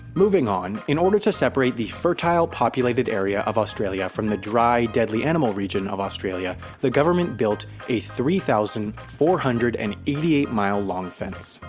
moving on, in order to separate the fertile, populated area of australia from the dry, deadly animal region of australia the government built a three thousand four hundred and eighty eight mile long fence.